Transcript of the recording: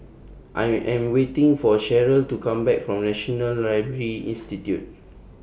I Am waiting For Cheryll to Come Back from National Library Institute